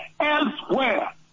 elsewhere